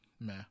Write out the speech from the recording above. meh